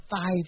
five